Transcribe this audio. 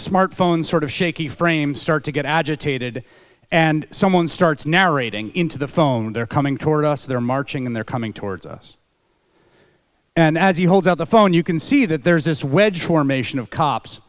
smart phone sort of shaky frame start to get agitated and someone starts narrating into the phone they're coming toward us they're marching and they're coming towards us and as you hold up the phone you can see that there's this wedge formation of cops